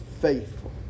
faithful